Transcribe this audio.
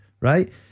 right